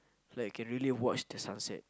like you can really watch the sunset